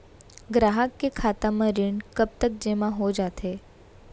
ग्राहक के खाता म ऋण कब तक जेमा हो जाथे?